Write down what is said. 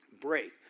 break